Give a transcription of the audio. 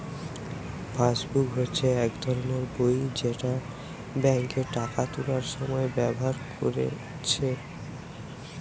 passbook হচ্ছে এক ধরণের বই যেটা বেঙ্কে টাকা তুলার সময় ব্যাভার কোরছে